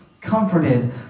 comforted